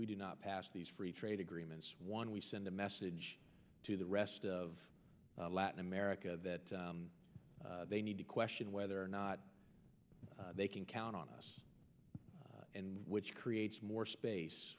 we do not pass these free trade agreements one we send a message to the rest of latin america that they need to question whether or not they can count on us and which creates more space